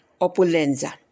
Opulenza